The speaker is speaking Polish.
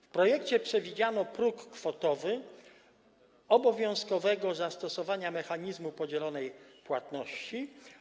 W projekcie przewidziano próg kwotowy obowiązkowego zastosowania mechanizmu podzielonej płatności.